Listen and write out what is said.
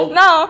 no